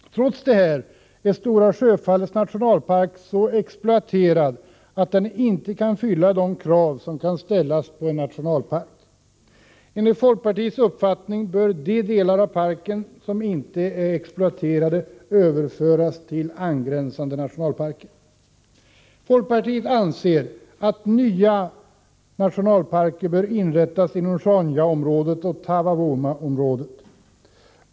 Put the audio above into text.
Trots detta är Stora Sjöfallets nationalpark så exploaterad att den inte kan fylla de krav som kan ställas på en nationalpark. Enligt folkpartiets uppfattning bör de delar av parken som inte är exploaterade överföras till angränsande nationalparker. Folkpartiet anser att nya nationalparker bör inrättas inom Sjaunjaområdet och Taavavuomaområdet.